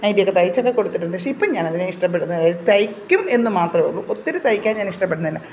നൈറ്റിയൊക്കെ തയ്ച്ചൊക്കെ കൊടുത്തിട്ടുണ്ട് പക്ഷെ ഇപ്പോള് ഞാനതിനെ ഇഷ്ടപ്പെടുന്ന തയ്ക്കും എന്ന് മാത്രമേ ഉള്ളു ഒത്തിരി തയ്ക്കാൻ ഞാൻ ഇഷ്ടപ്പെടുന്നില്ല